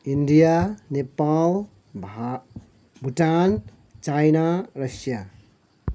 India Nepal भा Bhutan China Russia